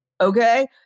okay